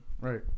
Right